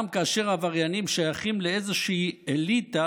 גם כאשר עבריינים שייכים לאיזושהי אליטה,